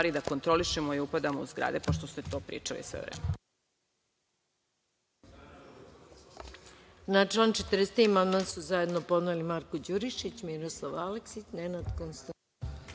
da kontrolišemo i upadamo u zgrade, pošto ste to pričali sve vreme.